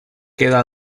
queda